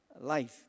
life